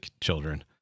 children